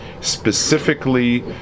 specifically